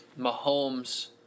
Mahomes